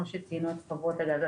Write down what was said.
כמו שציינו את חברות הגז.